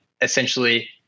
essentially